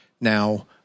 Now